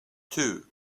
two